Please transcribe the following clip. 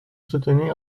soutenir